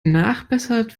nachbessert